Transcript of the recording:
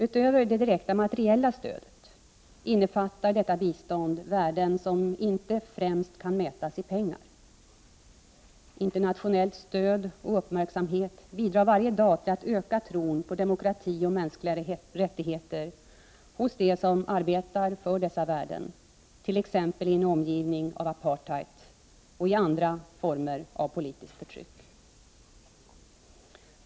Utöver det direkta materiella stödet innefattar detta bistånd värden som inte främst kan mätas i pengar. Internationellt stöd och uppmärksamhet bidrar varje dag till att öka tron på demokrati och mänskliga rättigheter hos dem som arbetar för dessa värden, t.ex. i en omgivning av apartheid eller andra former av politiskt förtryck.